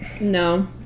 no